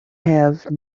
have